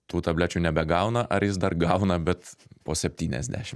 tų tablečių nebegauna ar jis dar gauna bet po septyniasdešim